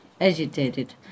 agitated